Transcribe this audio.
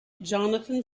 jonathan